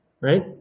Right